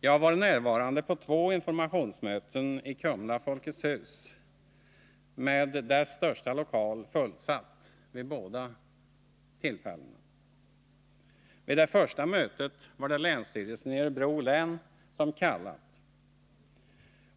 Jag har varit på två informationsmöten i Kumla Folkets hus, vars största lokal var fullsatt vid båda tillfällena. Vid det första mötet var det länsstyrelsen i Örebro län som kallat,